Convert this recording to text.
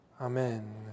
Amen